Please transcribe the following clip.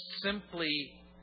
simply